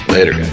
Later